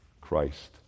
Christ